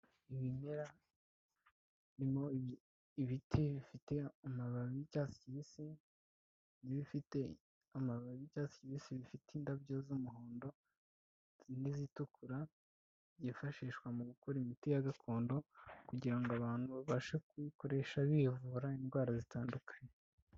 Ibimera birimo ibiti bifite amababi y'icyatsi kibisi, n'ibifite amababi y'icyatsi kibisi bifite indabyo z'umuhondo, n'izitukura, byifashishwa mu gukora imiti ya gakondo, kugira ngo abantu babashe kuyikoresha bivura indwara zitandukanye.